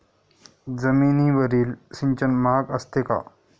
जमिनीवरील सिंचन महाग असते का?